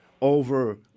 over